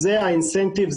זה האינסנטיב,